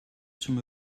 zum